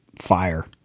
Fire